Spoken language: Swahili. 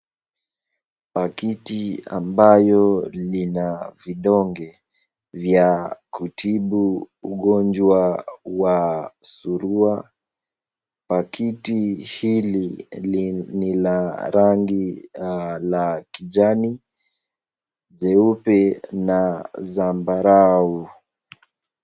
Pakiti ambayo lina vidonge vya kutibu ugonjwa wa surua. Pakiti hili ni la rangi la kijani, jeupe na sambarau.